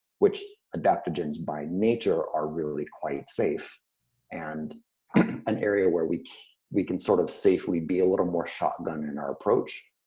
which adaptogens by nature are really quite safe and an area where we can sort of safely be a little more shotgun in our approach.